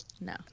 no